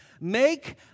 make